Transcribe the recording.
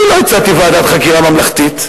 אני לא הצעתי ועדת חקירה ממלכתית,